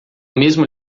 mesmo